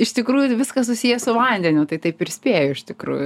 iš tikrųjų viskas susiję su vandeniu tai taip ir spėju iš tikrųjų